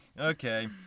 Okay